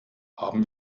haben